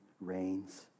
reigns